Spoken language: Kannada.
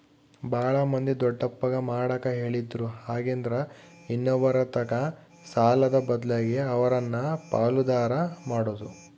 ಬಾಳ ಮಂದಿ ದೊಡ್ಡಪ್ಪಗ ಮಾಡಕ ಹೇಳಿದ್ರು ಹಾಗೆಂದ್ರ ಇನ್ನೊಬ್ಬರತಕ ಸಾಲದ ಬದ್ಲಗೆ ಅವರನ್ನ ಪಾಲುದಾರ ಮಾಡೊದು